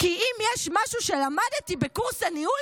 כי אם יש משהו שלמדתי בקורס הניהול,